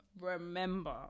remember